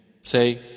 Say